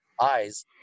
eyes